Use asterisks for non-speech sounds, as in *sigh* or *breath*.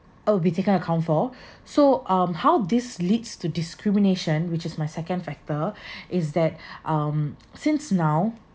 will be taken account for *breath* so um how this leads to discrimination which is my second factor *breath* is that um since now